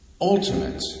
ultimate